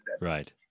right